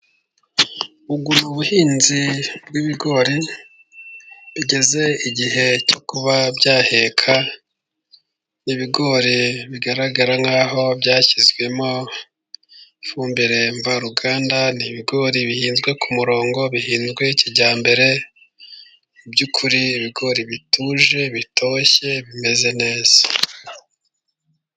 Ubu ni ubuhinzi bw'ibigori bigeze igihe cyo kuba byaheka ,ibigori bigaragara nk'aho byashyizwemo ifumbire mvaruganda, ni ibigori bihinzwe ku murongo bihinzwe kijyambere ,mu by'ukuri ibigori bituje bitoshye bimeze neza.